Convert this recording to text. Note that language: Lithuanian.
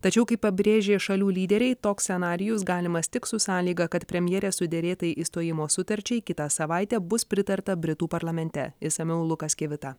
tačiau kaip pabrėžė šalių lyderiai toks scenarijus galimas tik su sąlyga kad premjerės suderėtai išstojimo sutarčiai kitą savaitę bus pritarta britų parlamente išsamiau lukas kivita